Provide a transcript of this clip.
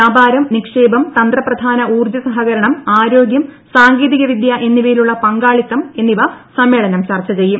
വൃാപാരം നിക്ഷേപം തന്ത്രപ്രധാന ഊർജ സഹകരണം ആരോഗ്യം സാങ്കേതികവിദ്യ എന്നിവയിലുള്ള പങ്കാളിത്തം എന്നിവ സമ്മേളനം ചർച്ച ചെയ്യും